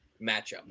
matchup